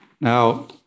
Now